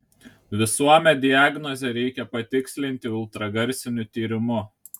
visuomet diagnozę reikia patikslinti ultragarsiniu tyrimu